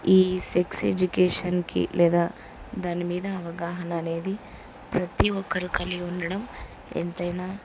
ఈ సెక్స్ ఎడ్యుకేషన్కి లేదా దాని మీద అవగాహన అనేది ప్రతి ఒక్కరు కలిగి ఉండడం ఎంతైనా